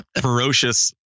ferocious